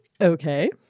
Okay